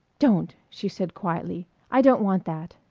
don't! she said quietly. i don't want that.